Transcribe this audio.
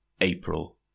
April